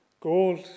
Gold